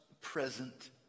present